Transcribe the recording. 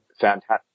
fantastic